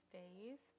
days